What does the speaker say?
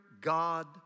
God